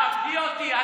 את תכבדי אותי.